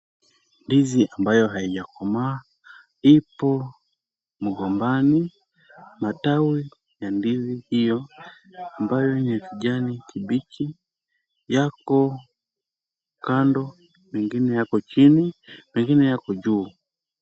Ndizi ambayo haijakomaa, ipo mgombani. Matawi ya ndizi hiyo ambayo ni ya kijani kibichi, yako kando, mengine yako chini, mengine yako juu.